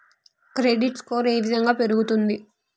Credit score ఏ విధంగా పెరుగుతుంది?